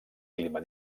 clima